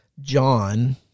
John